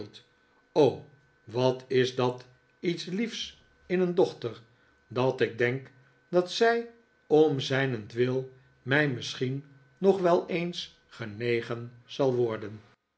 wat is dat iets liefs in een dochter dat ik denk dat zij om zijnentwil mij misschien nog wel eens genegen zal worden